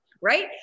Right